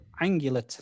angular